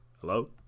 Hello